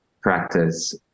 practice